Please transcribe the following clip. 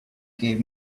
gave